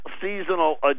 seasonal